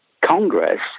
Congress